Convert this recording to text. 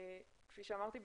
כפי שאמרתי,